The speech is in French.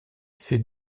ces